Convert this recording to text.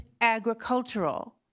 agricultural